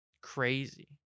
crazy